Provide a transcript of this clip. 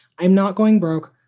i'm not going broke.